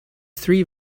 three